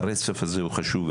הרצף הזה חשוב.